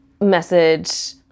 message